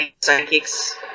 Psychics